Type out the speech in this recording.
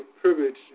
privilege